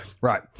right